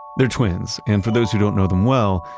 they're twins. and for those who don't know them well,